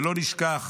ולא נשכח